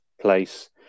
place